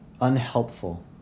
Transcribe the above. unhelpful